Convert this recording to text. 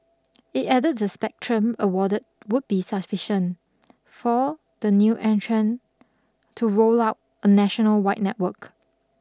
it added the spectrum awarded would be sufficient for the new entrant to roll out a national wide network